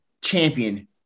champion